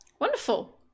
Wonderful